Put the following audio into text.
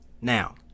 now